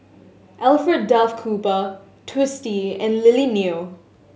Alfred Duff Cooper Twisstii and Lily Neo